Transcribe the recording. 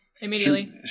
Immediately